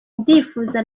ndifuza